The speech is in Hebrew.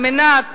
על מנת